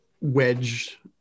wedge